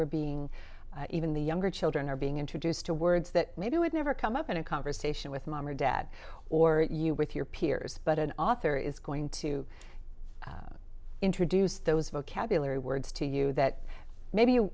are being even the younger children are being introduced to words that maybe would never come up in a conversation with mom or dad or you with your peers but an author is going to introduce those vocabulary words to you that maybe